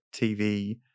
TV